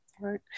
Right